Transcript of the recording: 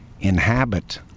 inhabit